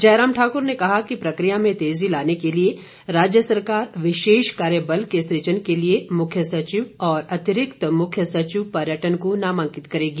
जयराम ठाकुर ने कहा कि प्रक्रिया में तेजी लाने के लिए राज्य सरकार विशेष कार्य बल के सजन के लिए मुख्य सचिव और अतिरिक्त मुख्य सचिव पर्यटन को नामांकित करेगी